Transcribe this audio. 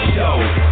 Show